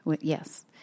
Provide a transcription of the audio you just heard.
Yes